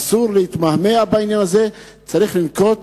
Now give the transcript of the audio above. אסור להתמהמה בעניין הזה, צריך לנקוט